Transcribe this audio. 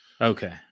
Okay